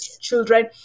children